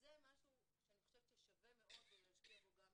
זה משהו שאני חושבת ששווה מאוד להשקיע בו מחשבה.